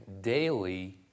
daily